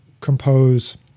compose